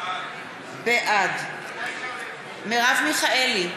בעד מרב מיכאלי,